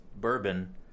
bourbon